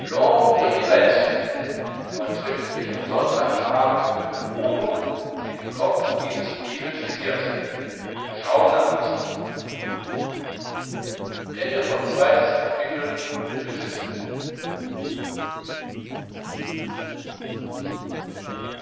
man trifft mich sonntag abend in meiner wohnung die den kopf dieses briefes ziert schaunard